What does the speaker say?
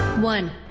one